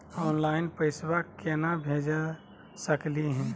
Online पैसवा केना भेज सकली हे?